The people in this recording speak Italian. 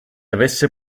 avesse